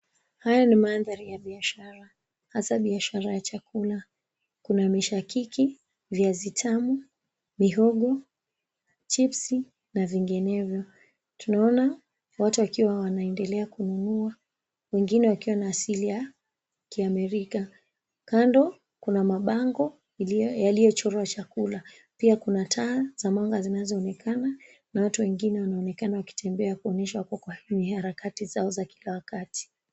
Haya ndio mandhari ya biashara, hasa biashara ya chakula. Kuna mishakiki, viazi tamu, mihogo, chipsi na vinginevyo. Tunaona watu wakiwa wanaendelea kununua, wengine wakiwa na asili ya Kiamerika. Kando kuna mabango yaliyochorwa chakula. Pia kuna taa za mwanga zinazoonekana na watu wengine wanaonekana wakitembea kuonyesha wako kwa harakati zao za kila wakati.